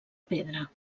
pedra